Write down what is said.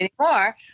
anymore